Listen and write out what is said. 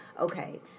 okay